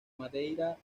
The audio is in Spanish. madeira